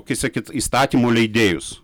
kaip sakyt įstatymų leidėjus